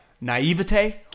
naivete